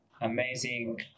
amazing